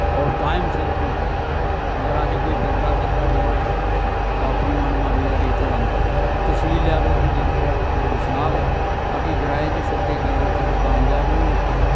और टाईम सिर थ्होंदा हा मगर अज्ज कोई बिरला बिरला डीलर ऐ अपनी मनमानी दा रेट लांदे तसील लैवल उप्पर इक दो बिशनाह् बिच्च गै बाकी ग्राएं च छोटे डीलर ते कामजाब नी होंदे